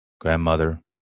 grandmother